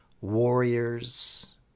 warriors